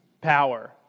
power